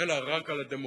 אלא רק על הדמוקרטיה.